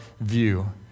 view